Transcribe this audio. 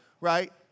right